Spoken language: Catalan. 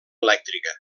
elèctrica